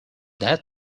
that